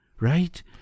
right